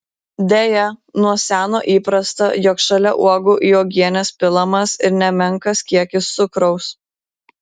deja nuo seno įprasta jog šalia uogų į uogienes pilamas ir nemenkas kiekis cukraus